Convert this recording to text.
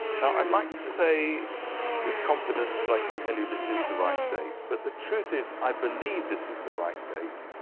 now i'd like to say with confidence that i can tell you this is the right date, but the truth is i believe this is the right date.